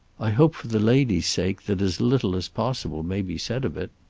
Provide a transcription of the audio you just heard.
i hope for the lady's sake that as little as possible may be said of it.